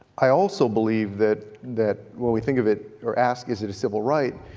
i also believe that that when we think of it or ask, is it a civil right,